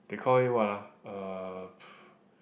they call it what ah uh